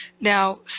Now